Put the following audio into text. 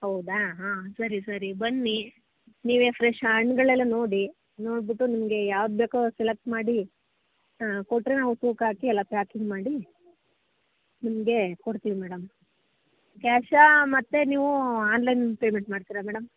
ಹೌದಾ ಹಾಂ ಸರಿ ಸರಿ ಬನ್ನಿ ನೀವೇ ಫ್ರೆಶ್ ಹಣ್ಗಳೆಲ್ಲ ನೋಡಿ ನೋಡ್ಬಿಟ್ಟು ನಿಮಗೆ ಯಾವ್ದು ಬೇಕೋ ಸೆಲೆಕ್ಟ್ ಮಾಡಿ ಹಾಂ ಕೊಟ್ಟರೆ ನಾವು ತೂಕ ಹಾಕಿ ಎಲ್ಲ ಪ್ಯಾಕಿಂಗ್ ಮಾಡಿ ನಿಮಗೆ ಕೊಡ್ತೀವಿ ಮೇಡಮ್ ಕ್ಯಾಶಾ ಮತ್ತು ನೀವು ಆನ್ಲೈನ್ ಪೇಮೆಂಟ್ ಮಾಡ್ತೀರಾ ಮೇಡಮ್